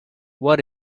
what